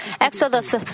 Exodus